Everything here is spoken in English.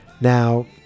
Now